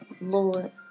Lord